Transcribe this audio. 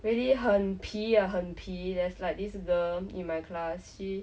really 很皮啊很皮 there's like this girl in my class she